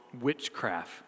witchcraft